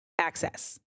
access